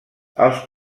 els